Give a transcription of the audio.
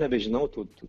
nebežinau tų tų